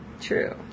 true